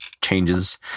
changes